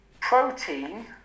protein